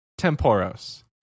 Temporos